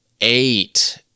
eight